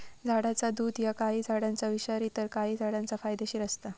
झाडाचा दुध ह्या काही झाडांचा विषारी तर काही झाडांचा फायदेशीर असता